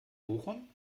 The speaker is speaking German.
bochum